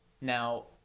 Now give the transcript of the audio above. Now